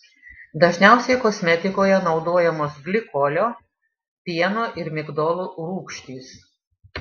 dažniausiai kosmetikoje naudojamos glikolio pieno ir migdolų rūgštys